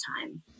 time